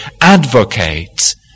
advocate